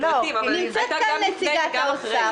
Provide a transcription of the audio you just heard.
נמצאת כאן נציגת האוצר,